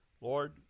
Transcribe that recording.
Lord